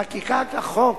חקיקת החוק